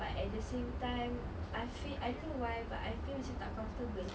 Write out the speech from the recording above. but at the same time I feel I don't know why but I feel macam tak comfortable